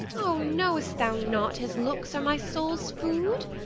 o, know'st thou not his looks are my soul's food?